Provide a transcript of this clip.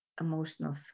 emotional